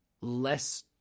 less